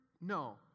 no